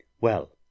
Well